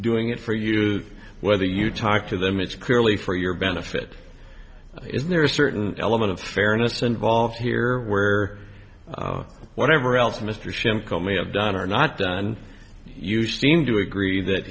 doing it for you whether you talk to them it's clearly for your benefit is there a certain element of fairness involved here where whatever else mr shimko may have done or not done you seem to agree that